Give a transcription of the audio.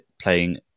playing